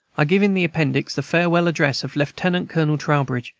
i give in the appendix the farewell address of lieutenant-colonel trowbridge,